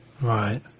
Right